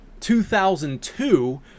2002